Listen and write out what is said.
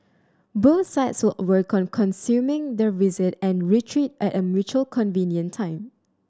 both sides will work on consuming their visit and retreat at a mutually convenient time